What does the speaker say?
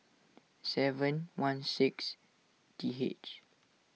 seven one six T H